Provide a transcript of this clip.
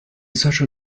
such